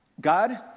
God